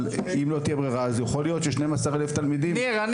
אבל אם לא תהיה ברירה יכול להיות ש-12,000 תלמידים --- ניר,